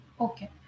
Okay